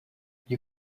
you